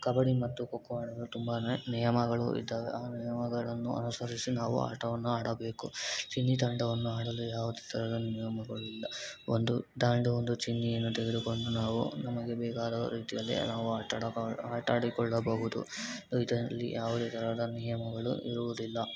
ಕಬಡ್ಡಿ ಮತ್ತು ಖೋ ಖೋ ಆಡಲು ತುಂಬಾನೇ ನಿಯಮಗಳು ಇದ್ದಾವೆ ಆ ನಿಯಮಗಳನ್ನು ಅನುಸರಿಸಿ ನಾವು ಆಟವನ್ನು ಆಡಬೇಕು ಚಿನ್ನಿದಾಂಡುವನ್ನು ಆಡಲು ಯಾವುದೇ ಥರದ ನಿಯಮಗಳು ಇಲ್ಲ ಒಂದು ದಾಂಡು ಒಂದು ಚಿನ್ನಿಯನ್ನು ತೆಗೆದುಕೊಂಡು ನಾವು ನಮಗೆ ಬೇಕಾದ ರೀತಿಯಲ್ಲಿ ನಾವು ಆಟ ಆಟಡಕಾ ಆಟಾಡಿಕೊಳ್ಳಬಹುದು ಇದರಲ್ಲಿ ಯಾವುದೇ ಥರದ ನಿಯಮಗಳು ಇರುವುದಿಲ್ಲ